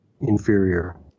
inferior